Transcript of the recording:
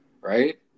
right